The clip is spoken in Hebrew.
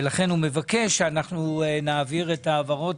ולכן הוא מבקש שאנחנו נעביר את ההעברות